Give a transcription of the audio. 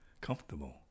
comfortable